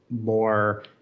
more